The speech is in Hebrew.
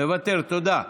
מוותר, תודה.